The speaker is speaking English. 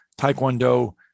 Taekwondo